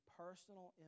personal